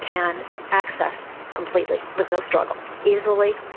can access completely with no struggle. easily,